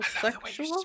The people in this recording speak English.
sexual